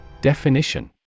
Definition